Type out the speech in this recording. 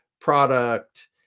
product